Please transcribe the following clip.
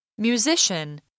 Musician